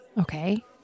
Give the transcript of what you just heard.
Okay